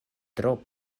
tro